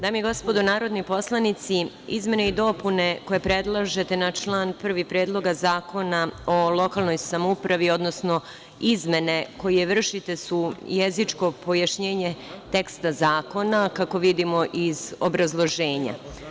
Dame i gospodo narodni poslanici, izmene i dopune koje predlažete na član 1. Predloga zakona o lokalnoj samoupravi, odnosno izmene koje vršite su jezičko pojašnjenje teksta zakona, kako vidimo iz obrazloženja.